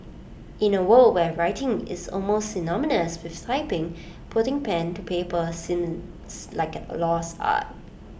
in A world where writing is almost synonymous with typing putting pen to paper seems like A lost art